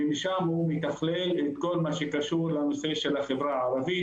ומשם הוא מתכלל את כל מה שקשור לנושא של החברה הערבית.